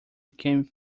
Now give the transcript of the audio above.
became